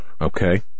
Okay